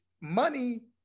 money